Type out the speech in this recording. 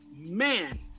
Man